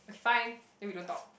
fine then we don't talk